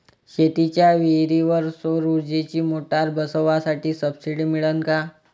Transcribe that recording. शेतीच्या विहीरीवर सौर ऊर्जेची मोटार बसवासाठी सबसीडी मिळन का?